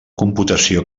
computació